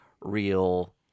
real